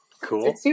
Cool